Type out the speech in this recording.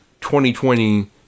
2020